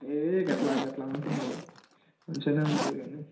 ఏ గట్లా గట్లా అనకు నువ్వు మంచిగానే ఉంటుంది గానీ